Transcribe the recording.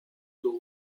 taux